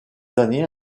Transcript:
années